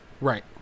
Right